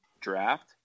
draft